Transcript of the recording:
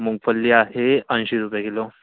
मुंगफल्ली आहे ऐंशी रुपये किलो